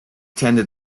tended